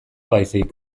baizik